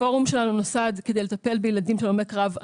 הפורום שלנו נוסד כדי לטפל בילדים של הלומי קרב.